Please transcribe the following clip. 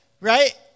right